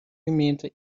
gemeente